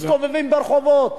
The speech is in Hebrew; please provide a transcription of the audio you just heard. מסתובבים ברחובות,